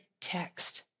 text